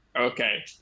okay